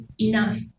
enough